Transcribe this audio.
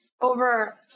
over